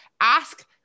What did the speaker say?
ask